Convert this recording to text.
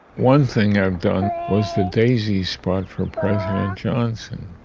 one thing i've done was the daisy spot for president johnson.